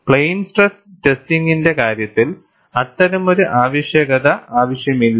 plain stress ടെസ്റ്റിംഗിന്റെ കാര്യത്തിൽ അത്തരമൊരു ആവശ്യകത ആവശ്യമില്ല